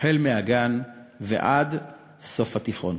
החל מהגן ועד סוף התיכון.